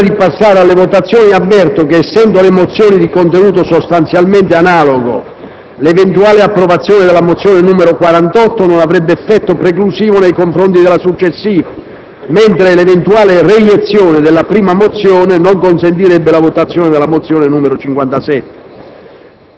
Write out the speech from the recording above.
Prima di passare alle votazioni, avverto che, essendo le mozioni di contenuto sostanzialmente analogo, l'eventuale approvazione della mozione n. 48 non avrebbe effetto preclusivo nei confronti della successiva, mentre l'eventuale reiezione della prima mozione non consentirebbe la votazione della mozione n. 57.